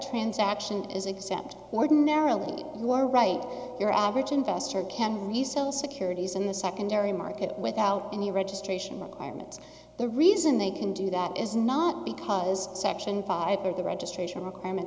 transaction is exempt ordinarily war right your average investor can resell securities in the secondary market without any registration requirements the reason they can do that is not because section five of the registration requirement